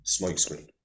smokescreen